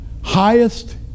highest